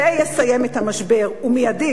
זה יסיים את המשבר, ומייד.